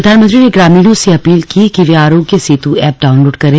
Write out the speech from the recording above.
प्रधानमंत्री ने ग्रामीणों से अपील की कि वे आरोग्य सेतु ऐप डाउनलोड करें